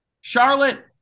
Charlotte